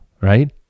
right